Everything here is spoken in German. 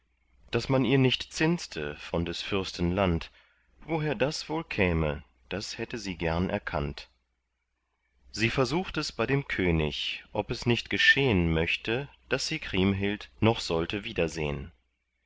daß man ihr nicht zinste von des fürsten land woher das wohl käme das hätte sie gern erkannt sie versucht es bei dem könig ob es nicht geschehn möchte daß sie krimhild noch sollte wiedersehn